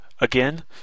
Again